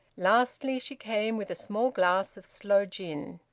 lastly, she came with a small glass of sloe gin.